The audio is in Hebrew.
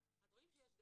אז רואים שיש דאגה,